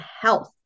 health